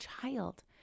child